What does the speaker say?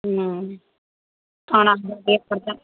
ହଁ